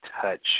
touch